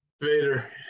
Vader